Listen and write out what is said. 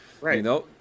Right